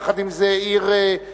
ויחד עם זה עיר חדשה,